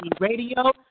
Radio